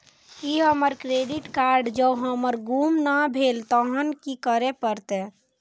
ई हमर credit card जौं हमर गुम भ गेल तहन की करे परतै?